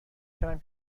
کردم